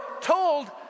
told